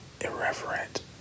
irreverent